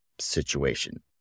situation